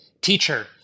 teacher